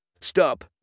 Stop